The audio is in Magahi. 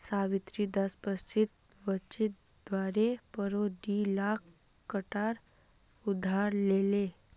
सावित्री दस प्रतिशत ब्याज दरेर पोर डी लाख टका उधार लिले